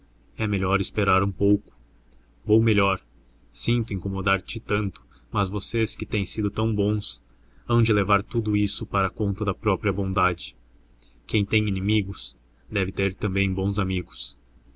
é melhor esperar um pouco vou melhor sinto incomodar te tanto mas vocês que têm sido tão bons hão de levar tudo isso para conta da própria bondade quem tem inimigos deve ter também bons amigos